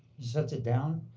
sets it down,